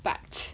but